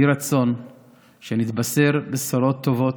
יהי רצון שנתבשר בשורות טובות,